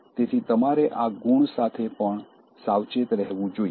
તેથી તમારે આ ગુણ સાથે પણ સાવચેત રહેવું જોઈએ